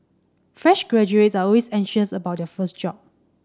fresh graduates are always anxious about their first job